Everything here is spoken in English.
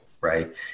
right